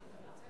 אירוע מכונן.